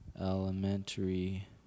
Elementary